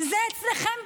זה אצלכם בבית: